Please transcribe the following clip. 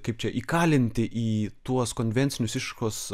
kaip čia įkalinti į tuos konvencinius išraiškos